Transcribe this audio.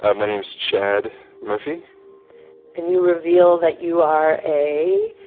ah my name's chad murphy and you reveal that you are a.